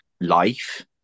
life